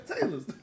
Taylors